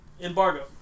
Embargo